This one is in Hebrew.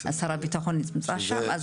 שר הביטחון נמצא שם.